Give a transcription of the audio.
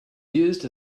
used